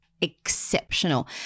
exceptional